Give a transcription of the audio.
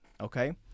okay